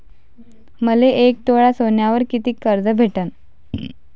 मले एक तोळा सोन्यावर कितीक कर्ज भेटन?